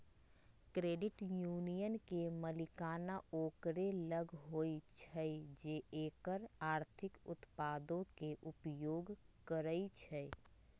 credit union के मलिकाना ओकरे लग होइ छइ जे एकर आर्थिक उत्पादों के उपयोग करइ छइ